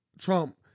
Trump